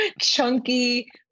Chunky